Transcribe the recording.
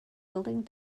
building